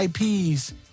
IPs